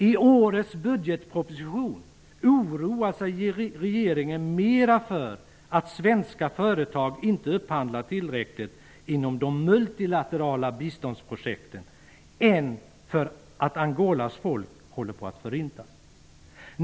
I årets budgetproposition oroar sig regeringen mera för att svenska företag inte upphandlar tillräckligt inom de multilaterala biståndsprojekten än för att Angolas folk håller på att förintas.